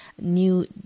new